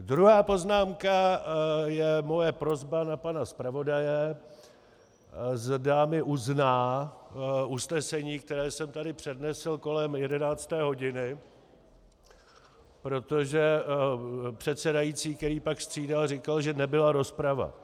Druhá poznámka je moje prosba na pana zpravodaje, zda mi uzná usnesení, které jsem tady přednesl kolem 11. hodiny, protože předsedající, který pak střídal, říkal, že nebyla rozprava.